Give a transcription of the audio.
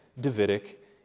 Davidic